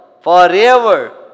forever